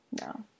No